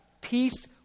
peace